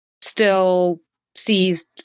still-seized